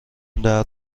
درد